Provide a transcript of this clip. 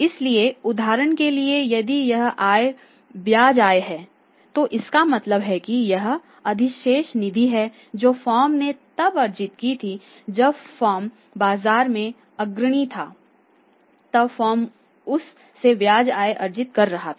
इसलिए उदाहरण के लिए यदि यह आय ब्याज आय है तो इसका मतलब है कि यह अधिशेष निधि है जो फर्म ने तब अर्जित की थी जब फर्म बाजार में अग्रणी थी तब फर्म उस से ब्याज आय अर्जित कर रही है